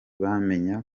bamenya